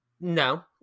No